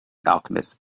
alchemist